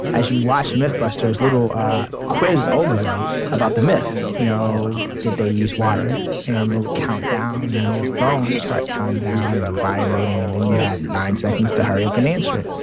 as you watch mythbusters, little quiz overlays about the myth. you know did they use water? and it would count down, and then your phone would start counting down, and vibrating, and then you had nine seconds to hurry up and answer it.